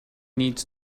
needs